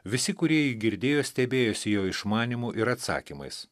visi kurie girdėjo stebėjosi jo išmanymu ir atsakymais